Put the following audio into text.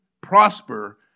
prosper